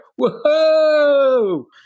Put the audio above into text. whoa